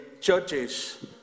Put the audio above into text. Judges